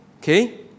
okay